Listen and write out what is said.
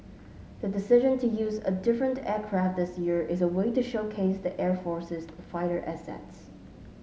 the decision to use a different aircraft this year is a way to showcase the air force's fighter assets